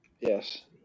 Yes